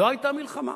לא היתה מלחמה.